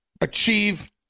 achieve